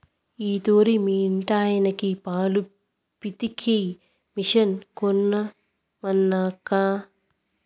ఈ తూరి మీ ఇంటాయనకి పాలు పితికే మిషన్ కొనమనక్కా